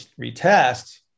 retest